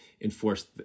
enforce